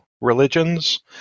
religions